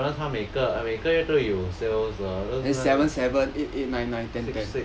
to be honest 它每个每个月都有 sales 的